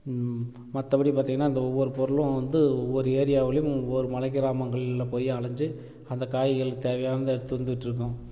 மற்றபடி பார்த்திங்கன்னா அந்த ஒவ்வொரு பொருளும் வந்து ஒவ்வொரு ஏரியாவுலேயும் ஒவ்வொரு மலை கிராமங்களில் போய் அலைஞ்சு அந்த காய்கள் தேவையானதை எடுத்து வந்துட்டுருக்கோம்